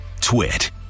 Twit